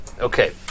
Okay